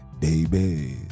baby